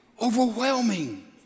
overwhelming